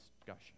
discussion